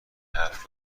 حرف